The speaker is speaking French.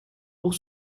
pour